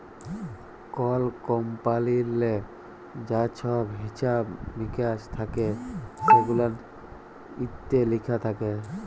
call কমপালিললে যা ছহব হিছাব মিকাস থ্যাকে সেগুলান ইত্যে লিখা থ্যাকে